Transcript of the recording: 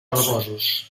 herbosos